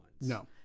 No